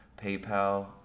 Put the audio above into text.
PayPal